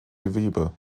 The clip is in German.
gewebe